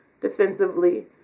defensively